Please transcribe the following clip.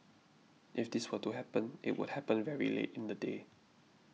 if this were to happen it would happen very late in the day